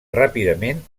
ràpidament